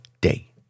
day